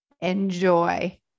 Enjoy